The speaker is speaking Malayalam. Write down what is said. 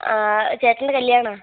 ചേട്ടൻ്റെ കല്യാണം ആണ്